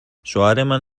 شوهرمن